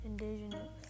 indigenous